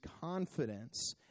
confidence